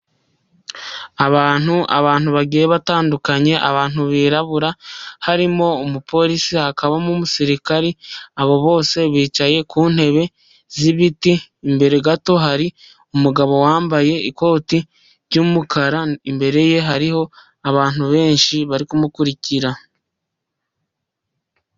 Abantu abantu bagiye batandukanye abantu birabura harimo umupolisi, hakabamo umusirikari, abo bose bicaye ku ntebe z'ibiti imbere gato hari umugabo wambaye ikoti ry'umukara, imbere ye hariho abantu benshi bari kumukurikira.